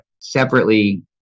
separately